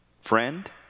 friend